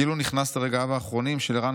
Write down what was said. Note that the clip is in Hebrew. כאילו נכנס לרגעיו האחרונים של ערן